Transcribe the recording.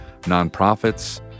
nonprofits